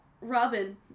Robin